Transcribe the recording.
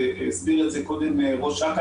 והסביר את זה קודם ראש אכ"א,